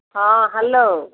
ହଁ ହେଲୋ